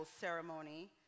ceremony